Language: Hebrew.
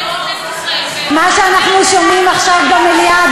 מה שאנחנו שומעים עכשיו במליאה,